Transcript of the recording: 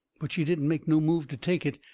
but she didn't make no move to take it,